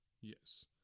Yes